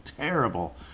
terrible